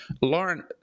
Lauren